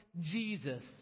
Jesus